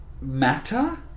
matter